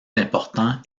important